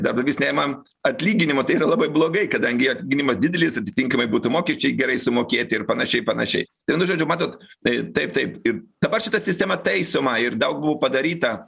darbdavys neima atlyginimo tai yra labai blogai kadangi atlyginimas didelis atitinkamai būtų mokesčiai gerai sumokėti ir panašiai panašiai vienu žodžiu matot tai taip taip ir dabar šita sistema taisoma ir daug buvo padaryta